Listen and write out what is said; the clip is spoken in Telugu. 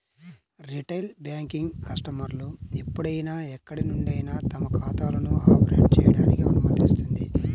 రిటైల్ బ్యాంకింగ్ కస్టమర్లు ఎప్పుడైనా ఎక్కడి నుండైనా తమ ఖాతాలను ఆపరేట్ చేయడానికి అనుమతిస్తుంది